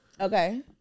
Okay